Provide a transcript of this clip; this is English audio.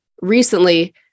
recently